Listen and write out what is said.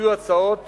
הציעו הצעות